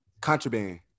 contraband